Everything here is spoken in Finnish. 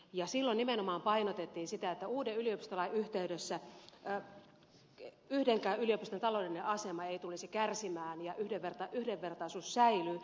ja silloin nimenomaan painotettiin sitä että uuden yliopistolain yhteydessä yhdenkään yliopiston taloudellinen asema ei tulisi kärsimään ja yhdenvertaisuus säilyy